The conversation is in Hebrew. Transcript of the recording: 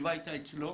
שהישיבה הייתה אצלו,